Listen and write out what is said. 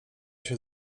się